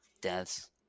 deaths